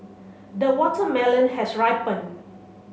the watermelon has ripened